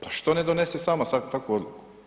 Pa što ne donese sama takvu odluku.